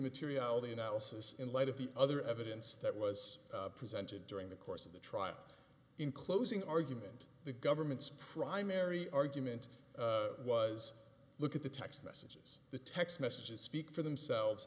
material the analysis in light of the other evidence that was presented during the course of the trial in closing argument the government's primary argument was look at the text messages the text messages speak for themselves